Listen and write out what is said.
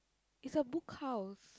is a Book House